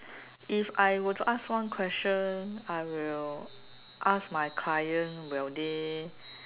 if I would to ask one question I will ask my client will they